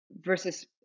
versus